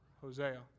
Hosea